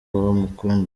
bamukunda